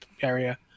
area